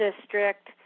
district